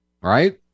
Right